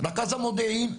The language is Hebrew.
רכז המודיעין,